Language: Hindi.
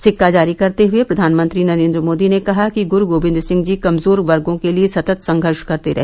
सिक्का जारी करते हुए प्रधानमंत्री नरेन्द्र मोदी ने कहा कि गुरू गोबिंद सिंह जी कमजोर वर्गो के लिए सतत संघर्ष करते रहे